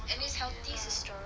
at this time this is str~